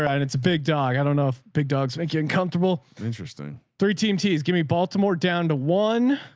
and it's a big dog. i don't know if big dogs make you uncomfortable. interesting. three team t give me baltimore down to one.